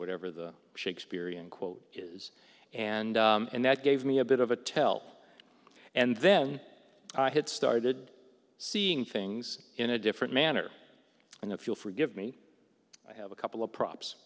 whatever the shakespearean quote is and and that gave me a bit of a tell and then i had started seeing things in a different manner and if you'll forgive me i have a couple of props